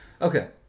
Okay